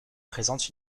présente